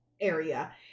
area